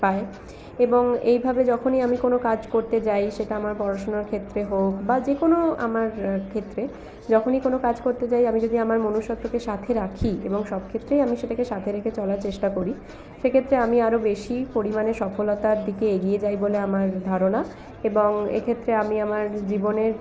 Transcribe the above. পায় এবং এইভাবে যখনই আমি কোনও কাজ করতে যাই সেটা আমার পড়াশোনার ক্ষেত্রে হোক বা যেকোনও আমার ক্ষেত্রে যখনই কোনও কাজ করতে যাই আমি যদি আমার মনুষ্যত্বকে সাথে রাখি এবং সব ক্ষেত্রেই আমি সেটাকে সাথে রেখে চলার চেষ্টা করি সেক্ষেত্রে আমি আরও বেশি পরিমাণে সফলতার দিকে এগিয়ে যাই বলে আমার ধারণা এবং এক্ষেত্রে আমি আমার জীবনের